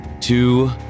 two